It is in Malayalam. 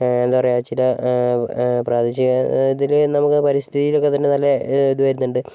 എന്താണ് പറയുക ചില പ്രാദേശിക ഇതിൽ നമുക്ക് പരിസ്ഥിതിയിലൊക്കെ നല്ല ഇത് വരുന്നുണ്ട്